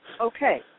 okay